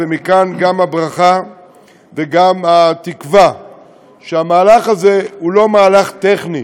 ומכאן גם הברכה וגם התקווה שהמהלך הזה הוא לא מהלך טכני,